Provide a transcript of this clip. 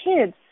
kids